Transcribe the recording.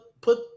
put